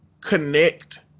connect